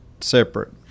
separate